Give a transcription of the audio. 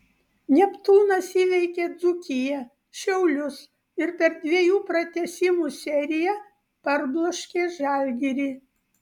neptūnas įveikė dzūkiją šiaulius ir per dviejų pratęsimų seriją parbloškė žalgirį